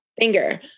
finger